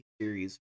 series